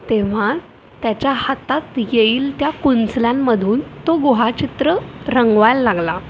तेव्हा त्याच्या हातात येईल त्या कुंचलांमधून तो गुहाचित्र रंगवायला लागला